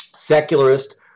secularist